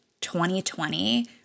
2020